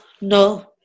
No